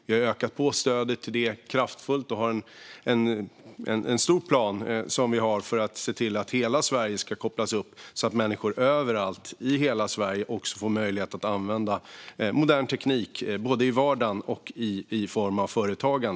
Vi har kraftigt ökat stödet till detta, och vi har en stor plan för att se till att hela Sverige ska kopplas upp, så att människor överallt i hela landet får möjlighet att använda modern teknik både i vardagen och i sitt företagande.